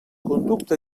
conducta